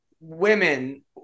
women